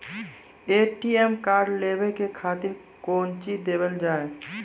ATM card लेवे के खातिर कौंची देवल जाए?